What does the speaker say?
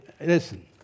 listen